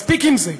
מספיק עם זה.